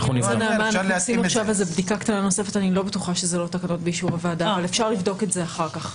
אני לא בטוחה שאלה לא תקנות באישור הוועדה אבל אפשר לבדוק את זה אחר כך.